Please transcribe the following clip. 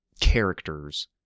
Characters